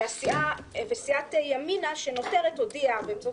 וסיעת ימינה שנותרת הודיעה כבר באמצעות